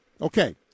Okay